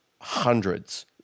hundreds